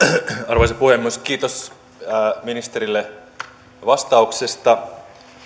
arvoisa puhemies kiitos ministerille vastauksesta